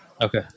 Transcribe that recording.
Okay